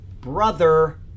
brother